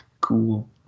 Cool